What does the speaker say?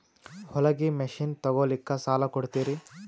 ಹೊಲಗಿ ಮಷಿನ್ ತೊಗೊಲಿಕ್ಕ ಸಾಲಾ ಕೊಡ್ತಿರಿ?